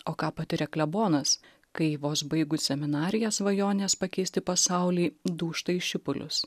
o ką patiria klebonas kai vos baigus seminariją svajonės pakeisti pasaulį dūžta į šipulius